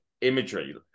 imagery